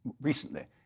recently